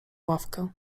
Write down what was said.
ławkę